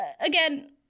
again